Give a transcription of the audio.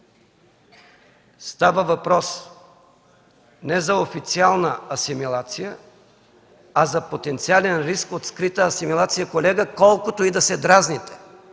Става въпрос не за официална асимилация, а за потенциален риск от скрита асимилация, колега, колкото и да се дразните.